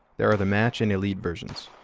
there are the match and elite versions,